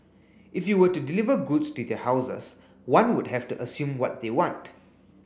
if you were to deliver goods to their houses one would have to assume what they want